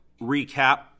recap